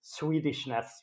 Swedishness